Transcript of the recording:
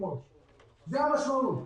זה המשמעות.